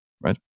Right